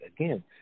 Again